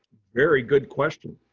very good question.